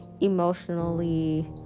emotionally